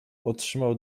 otrzymał